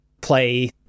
play